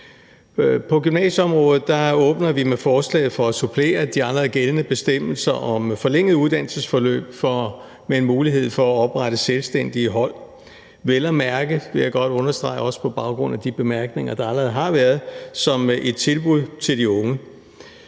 På gymnasieområdet åbner vi med forslaget for at supplere de allerede gældende bestemmelser om forlængede uddannelsesforløb med en mulighed for at oprette selvstændig hold, vel at mærke, vil jeg godt understrege – også på baggrund af de bemærkninger, der allerede har været – som et tilbud til de unge.